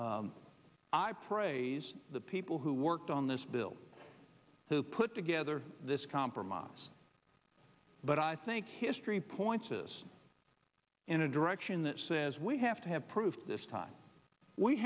i praise the people who worked on this bill to put together this compromise but i think history points us in a direction that says we have to have proof this time we